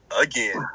Again